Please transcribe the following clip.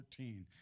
14